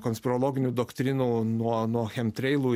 konspirologinių doktrinų nuo nuo chemtreilų